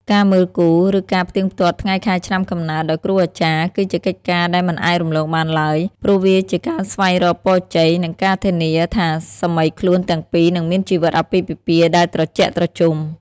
ការ "មើលគូ" ឬការផ្ទៀងផ្ទាត់ថ្ងៃខែឆ្នាំកំណើតដោយគ្រូអាចារ្យ គឺជាកិច្ចការដែលមិនអាចរំលងបានឡើយ ព្រោះវាជាការស្វែងរកពរជ័យ និងការធានាថាសាមីខ្លួនទាំងពីរនឹងមានជីវិតអាពាហ៍ពិពាហ៍ដែលត្រជាក់ត្រជុំ។